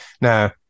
Now